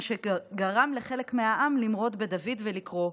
מה שגרם לחלק מהעם למרוד בדוד ולקרוא: